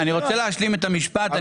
אני רוצה להשלים את המשפט.